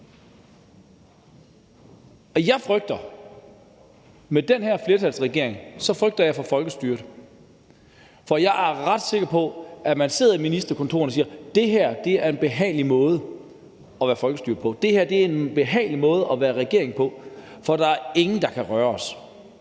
med den. Med den her flertalsregering frygter jeg for folkestyret, for jeg er ret sikker på, at man sidder på ministerkontorerne og siger: Det her er en behagelig måde at være folkestyre på; det her er en behagelig måde at være regering på, for der er ingen, der kan røre os.